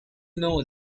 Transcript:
know